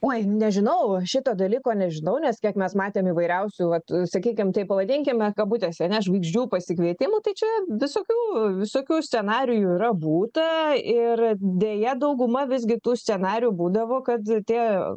oi nežinau šito dalyko nežinau nes kiek mes matėm įvairiausių vat sakykim taip pavadinkime kabutėse ane žvaigždžių pasikvietimų tai čia visokių visokių scenarijų yra būta ir deja dauguma visgi tų scenarijų būdavo kad tie